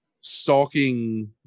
Stalking